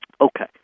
Okay